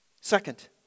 Second